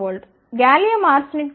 66 eV GaA ల కొరకు ఇది 1